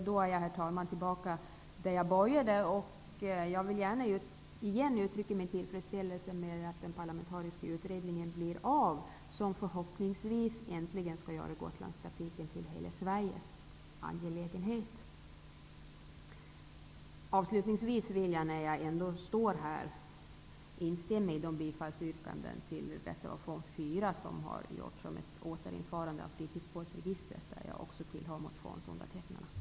Då är jag, herr talman, tillbaka där jag började. Jag vill återigen uttrycka min tillfredsställelse över att den parlamentariska utredningen blir av. Förhoppningsvis skall den äntligen göra Gotlandstrafiken till hela Sveriges angelägenhet. Avslutningsvis vill jag, när jag ändå står här, instämma i de bifallsyrkanden till reservation 4 som har gjorts om ett återinförande av fritidsbåtsregistret. Jag är en av motionsundertecknarna.